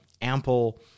ample